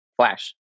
flash